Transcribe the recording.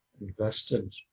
invested